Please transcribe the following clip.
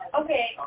Okay